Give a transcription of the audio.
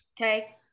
Okay